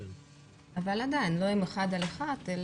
אבל עדיין לא אחד על אחד,